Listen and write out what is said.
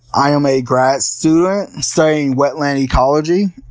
i am a grad student studying wetland ecology.